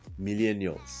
millennials